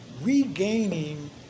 regaining